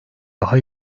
daha